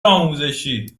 آموزشی